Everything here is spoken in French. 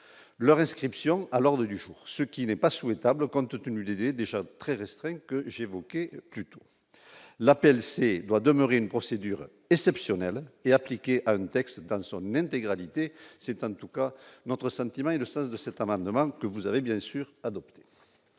leur inscription à l'ordre du jour, ce qui n'est pas souhaitable, compte tenu des déjà très restreint que j'ai évoquais plus plutôt l'appel doit demeurer une procédure exceptionnelle et appliqué à une texte dans son intégralité, c'est en tout cas, notre sentiment est le sens de cet amendement que vous avez bien sûr adopté.